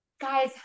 Guys